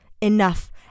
Enough